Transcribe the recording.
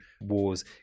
wars